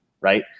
right